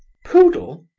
poodle?